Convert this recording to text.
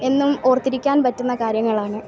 എന്നും ഓർത്തിരിക്കാൻ പറ്റുന്ന കാര്യങ്ങളാണ്